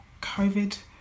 COVID